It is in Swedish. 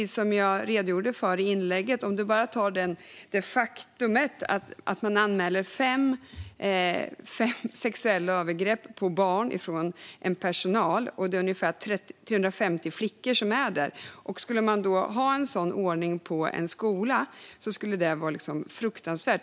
Som jag redogjorde för i mitt inlägg anmäler man alltså varje månad fem sexuella övergrepp mot barn från personal, och det är ungefär 350 flickor som är placerade. Skulle man ha en sådan ordning på en skola skulle det vara fruktansvärt.